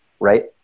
right